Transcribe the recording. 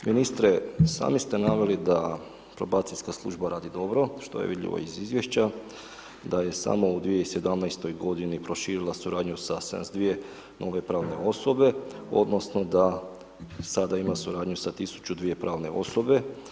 Ministre, sami ste naveli da probacijska služba radi dobro, što je vidljivo iz izvješća, da je samo u 2017. godini proširila suradnju sa 72 nove pravne osobe, odnosno da sada ima suradnju sa 1002 pravne osobe.